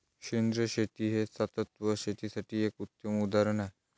सेंद्रिय शेती हे शाश्वत शेतीसाठी एक उत्तम उदाहरण आहे